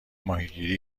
ماهیگیری